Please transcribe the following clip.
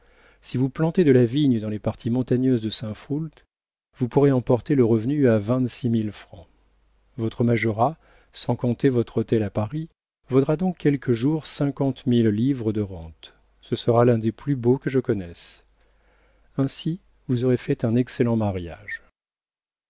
si vous plantez de la vigne dans les parties montagneuses de saint froult vous pourrez en porter le revenu à vingt-six mille francs votre majorat sans compter votre hôtel à paris vaudra donc quelque jour cinquante mille livres de rente ce sera l'un des plus beaux que je connaisse ainsi vous aurez fait un excellent mariage